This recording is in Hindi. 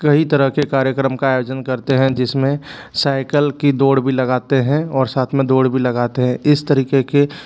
कई तरह के कार्यक्रम का आयोजन करते हैं जिसमें साइकल की दौड़ भी लगाते हैं और साथ में दौड़ भी लगाते हैं इस तरीके के